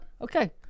okay